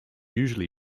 usually